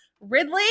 Ridley